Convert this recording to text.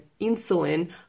insulin